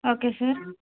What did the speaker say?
okay sir